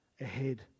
ahead